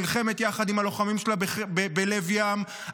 נלחמת ביחד עם הלוחמים שלה בלב ים,